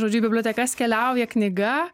žodžiu į bibliotekas keliauja knyga